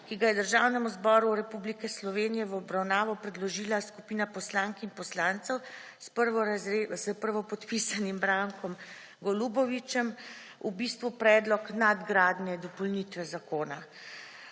ki je Državnemu zboru Republike Slovenije v obravnavo predložila skupina poslank in poslancev s prvopodpisanim Brakom Golubovićem v bistvu predlog nadgradnje dopolnitve zakona.